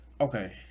okay